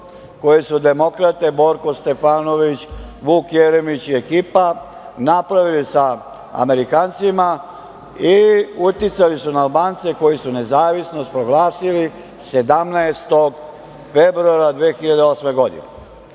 koji su demokrate Borko Stefanović, Vuk Jeremić i ekipa napravili sa Amerikancima. Uticali su na Albance koji su nezavisnost proglasili 17. februara 208. godine.